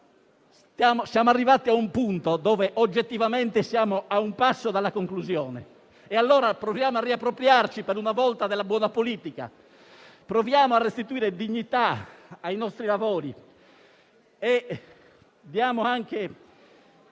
Siamo arrivati a un punto che è oggettivamente a un passo dalla conclusione, allora proviamo a riappropriarci per una volta della buona politica; proviamo a restituire dignità ai nostri lavori e diamo anche